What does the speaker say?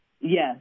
Yes